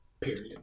period